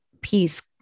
piece